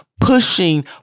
Pushing